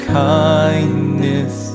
kindness